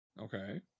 okay